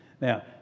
Now